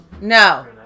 No